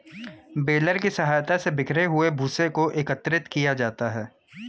baler की सहायता से बिखरे हुए भूसे को एकत्रित किया जाता है